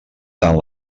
tant